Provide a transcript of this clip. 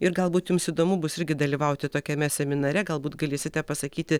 ir galbūt jums įdomu bus irgi dalyvauti tokiame seminare galbūt galėsite pasakyti